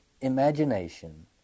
imagination